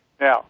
Now